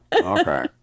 okay